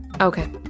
Okay